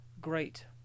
great